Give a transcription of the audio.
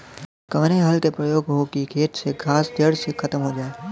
कवने हल क प्रयोग हो कि खेत से घास जड़ से खतम हो जाए?